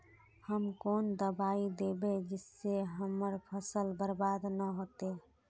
हम कौन दबाइ दैबे जिससे हमर फसल बर्बाद न होते?